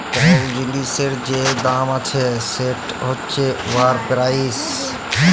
call জিলিসের যে দাম আছে সেট হছে উয়ার পেরাইস